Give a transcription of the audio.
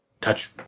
Touch